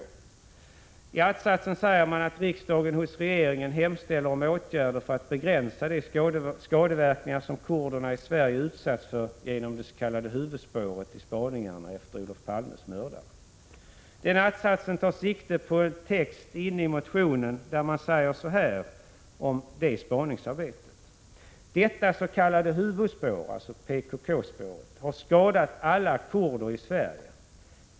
I en att-sats står det att man hemställer ”att riksdagen hos regeringen hemställer om åtgärder för att Prot. 1986/87:94 begränsa de skadeverkningar som kurderna i Sverige utsatts för genom det 25 mars 1987 s.k. huvudspåret i spaningarna efter Olof Palmes mördare”. Denna att-sats går tillbaka på en text inne i motionen, där det står följande om spaningsarbetet: ”Detta s.k. huvudspår” — alltså PKK-spåret — ”har skadat alla kurder i Sverige.